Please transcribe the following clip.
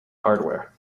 hardware